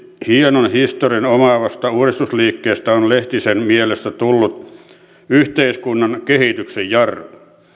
hienon historian omaavasta uudistusliikkeestä on lehtisen mielestä tullut yhteiskunnan kehityksen jarru